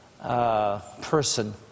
person